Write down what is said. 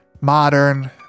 modern